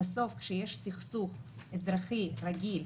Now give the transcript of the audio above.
בסוף כשיש סכסוך אזרחי רגיל,